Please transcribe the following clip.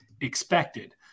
expected